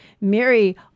Mary